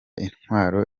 intwaro